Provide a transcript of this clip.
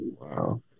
wow